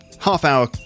half-hour